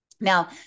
Now